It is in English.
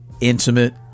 intimate